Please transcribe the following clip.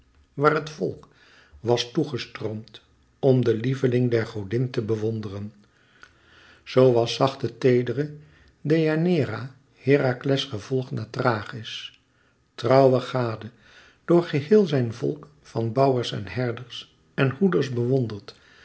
waar het volk was toe gestroomd om de lievelinge der godin te bewonderen zoo was zachte teedere deianeira herakles gevolgd naar thrachis trouwe gade door geheel zijn volk van bouwers en herders en hoeders bewonderd